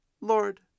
Lord